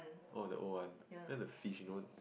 oh the old one then the fish you know